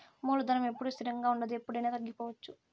మూలధనం ఎప్పుడూ స్థిరంగా ఉండదు ఎప్పుడయినా తగ్గిపోవచ్చు